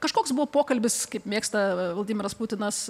kažkoks buvo pokalbis kaip mėgsta vladimiras putinas